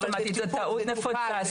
זאת טעות נפוצה.